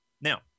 Now